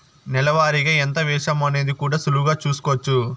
నెల వారిగా ఎంత వేశామో అనేది కూడా సులువుగా చూస్కోచ్చు